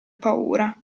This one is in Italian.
paura